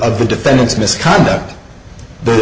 of the defendant's misconduct the